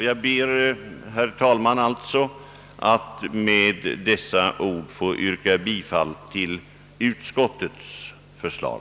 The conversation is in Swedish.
Jag ber, herr talman, att med dessa ord få yrka bifall till utskottets förslag.